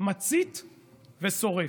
מצית ושורף.